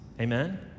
Amen